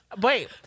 Wait